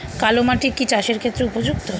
কালো মাটি কি চাষের ক্ষেত্রে উপযুক্ত?